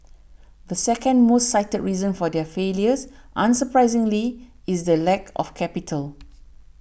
the second most cited reason for their failures unsurprisingly is the lack of capital